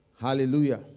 Hallelujah